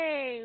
Hey